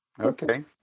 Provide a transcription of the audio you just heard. Okay